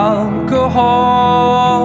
Alcohol